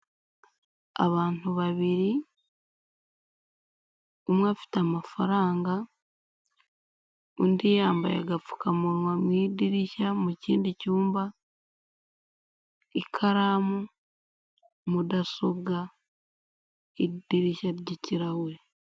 Abantu babiri umwe afite amafaranga, undi yambaye agapfukamunwa, mu idirishya mu kindi cyumba, ikaramu, mudasobwa idirishya ry'kirahure,